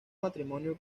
matrimonio